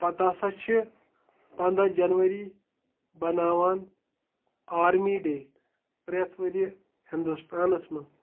پَتہٕ ہَسا چھِ پَنٛداہ جَنؤری بناوان آرمی ڈے پرٛٮ۪تھ ؤریہِ ہِندوستانَس منٛز